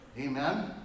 Amen